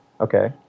Okay